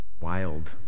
wild